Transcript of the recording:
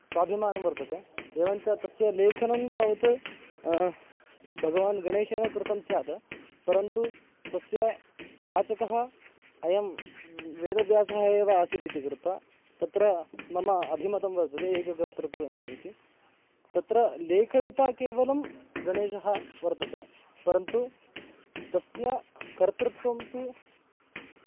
स्वाभिमानं वर्तते एवञ्च तस्य लेखनं तावत् भगवान् गणेशेन कृतं स्यात् परन्तु तस्य वाचकः अयं वेदव्यासः एव आसीदिति कृत्वा तत्र मम अभिमतं वर्तते एककर्तृत्वमेव इति तत्र लेखयिता केवलं गणेशः वर्तते परन्तु तस्य कर्तृत्वं तु